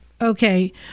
Okay